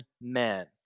men